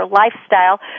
lifestyle